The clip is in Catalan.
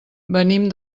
venim